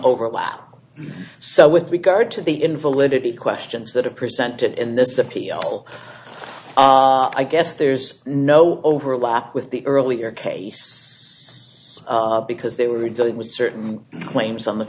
overlap so with regard to the invalidity questions that are presented in this appeal i guess there's no overlap with the earlier case because they were dealing with certain claims on the